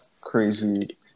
crazy